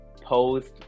post